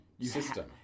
system